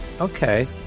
Okay